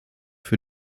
für